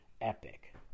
epic